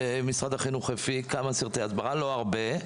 לא הרבה,